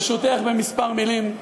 ברשותך, בכמה מילים.